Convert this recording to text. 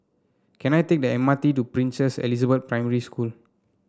can I take the M R T to Princess Elizabeth Primary School